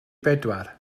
bedwar